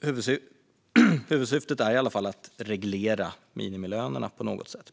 Huvudsyftet är i alla fall att reglera minimilönerna på något sätt.